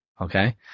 okay